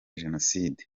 jenoside